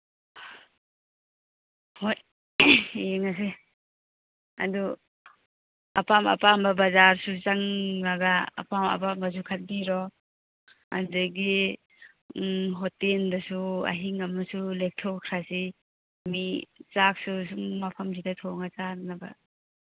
ꯍꯣꯏ ꯌꯦꯡꯉꯁꯤ ꯑꯗꯨ ꯑꯄꯥꯝ ꯑꯄꯥꯝꯕ ꯕꯖꯥꯔꯁꯨ ꯆꯪꯉꯒ ꯑꯄꯥꯝ ꯑꯄꯥꯝꯕꯁꯨ ꯈꯟꯕꯤꯔꯣ ꯑꯗꯨꯗꯒꯤ ꯍꯣꯇꯦꯜꯗꯁꯨ ꯑꯍꯤꯡ ꯑꯃꯁꯨ ꯂꯦꯛꯊꯣꯛꯈ꯭ꯔꯁꯤ ꯃꯤ ꯆꯥꯛꯁꯨ ꯁꯨꯝ ꯃꯐꯝꯁꯤꯗ ꯊꯣꯡꯉ ꯆꯥꯅꯅꯕ